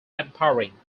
empowering